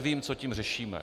Nevím, co tím řešíme.